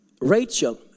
Rachel